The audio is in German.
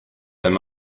wenn